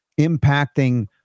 impacting